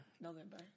November